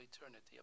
eternity